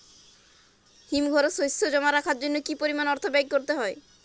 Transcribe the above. হিমঘরে শসা জমা রাখার জন্য কি পরিমাণ অর্থ ব্যয় করতে হয়?